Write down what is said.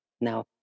now